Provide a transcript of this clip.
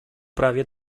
prawie